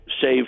save